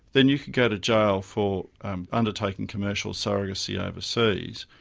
then you could go to jail for undertaking commercial surrogacy overseas,